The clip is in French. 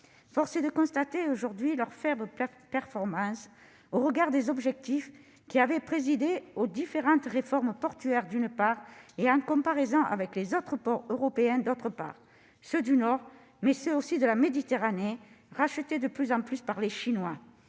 Force est donc de constater aujourd'hui leur faible performance, d'une part, au regard des objectifs qui avaient présidé aux différentes réformes portuaires, et, d'autre part, en comparaison avec les autres ports européens, non seulement ceux du Nord, mais aussi ceux de la Méditerranée, rachetés de plus en plus par les Chinois.